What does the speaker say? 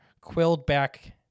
quilled-back